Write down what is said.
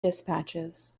dispatches